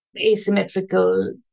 asymmetrical